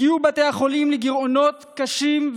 הגיעו בתי החולים לגירעונות קשים,